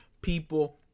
people